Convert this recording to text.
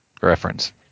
reference